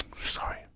Sorry